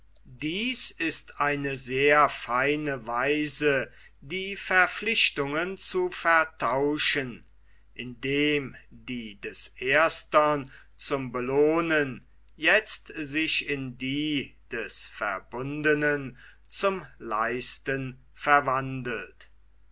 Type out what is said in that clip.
dies ist eine sehr feine weise die verpflichtungen zu vertauschen indem die des erstern zum belohnen jetzt sich in die des verbundenen zum leisten verwandelt